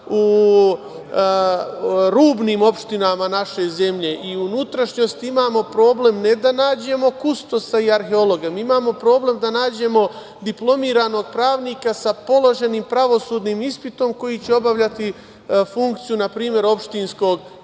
u rubnim opštinama naše zemlje i u unutrašnjosti imamo problem ne da nađemo kustosa i arheologa, mi imamo problem da nađemo diplomiranog pravnika sa položenim pravosudnim ispitom koji će obavljati funkciju npr. opštinskog